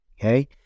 Okay